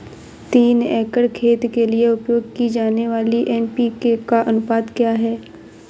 तीन एकड़ खेत के लिए उपयोग की जाने वाली एन.पी.के का अनुपात क्या है?